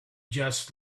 just